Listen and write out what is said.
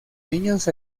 niños